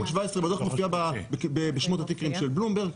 תסתכלי בעמוד 17 בדו"ח זה מופיע בשמות התיקים של בלומברג,